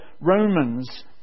Romans